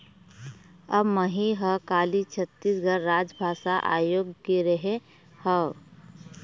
अब मही ह काली छत्तीसगढ़ राजभाषा आयोग गे रेहे हँव